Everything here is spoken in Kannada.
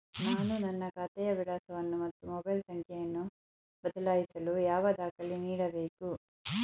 ನಾನು ನನ್ನ ಖಾತೆಯ ವಿಳಾಸವನ್ನು ಮತ್ತು ಮೊಬೈಲ್ ಸಂಖ್ಯೆಯನ್ನು ಬದಲಾಯಿಸಲು ಯಾವ ದಾಖಲೆ ನೀಡಬೇಕು?